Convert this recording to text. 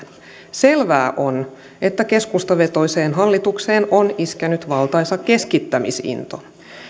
selvää on että keskustavetoiseen hallitukseen on iskenyt valtaisa keskittämisinto